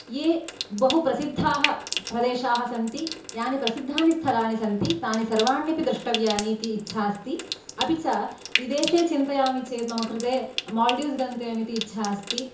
ये बहु प्रसिद्धाः प्रदेशाः सन्ति यानि प्रसिद्धानि स्थलानि सन्ति तानि सर्वाण्यपि द्रष्टव्यानि इति इच्छा अस्ति अपि च विदेशे चिन्तयामि चेद् मम कृते माल्डीव्स् गन्तव्यम् इति इच्छा अस्ति